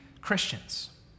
Christians